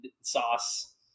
sauce